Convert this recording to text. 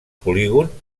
polígon